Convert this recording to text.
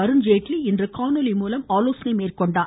அருண்ஜேட்லி இன்று காணொலி மூலம் ஆலோசனை மேற்கொண்டார்